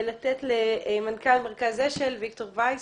ולתת למנכ"ל "מרכז השל", ויקטור וייס.